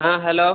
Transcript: ആ ഹലോ